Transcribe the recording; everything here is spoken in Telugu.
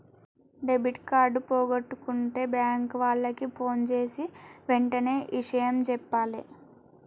డెబిట్ కార్డు పోగొట్టుకుంటే బ్యేంకు వాళ్లకి ఫోన్జేసి వెంటనే ఇషయం జెప్పాలే